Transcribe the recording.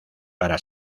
para